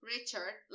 Richard